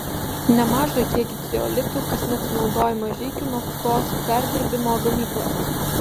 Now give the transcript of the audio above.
nemažą kiekį ceolitų kasmet sunaudoja mažeikių naftos perdirbimo gamykla